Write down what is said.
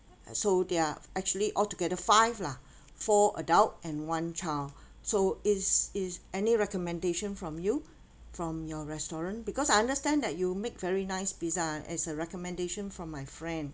and so they're actually altogether five lah four adult and one child so is is any recommendation from you from your restaurant because I understand that you make very nice pizza as a recommendation from my friend